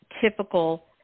typical